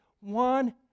one